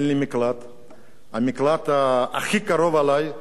המקלט הכי קרוב אלי, זה 200 מטר ממני.